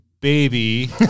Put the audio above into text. baby